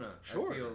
sure